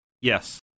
Yes